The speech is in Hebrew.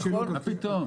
נכון?